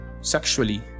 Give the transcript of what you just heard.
sexually